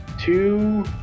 two